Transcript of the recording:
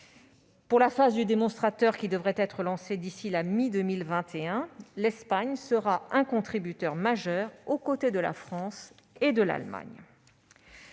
Pour la phase du démonstrateur, qui devrait être lancé d'ici à la mi-2021, l'Espagne sera un contributeur majeur, aux côtés de la France et de l'Allemagne.